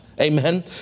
Amen